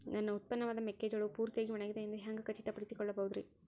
ನನ್ನ ಉತ್ಪನ್ನವಾದ ಮೆಕ್ಕೆಜೋಳವು ಪೂರ್ತಿಯಾಗಿ ಒಣಗಿದೆ ಎಂದು ಹ್ಯಾಂಗ ಖಚಿತ ಪಡಿಸಿಕೊಳ್ಳಬಹುದರೇ?